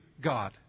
God